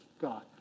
God